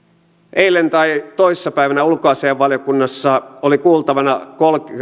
eilen tai toissa päivänä ulkoasiainvaliokunnassa oli kuultavana